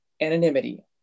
anonymity